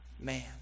man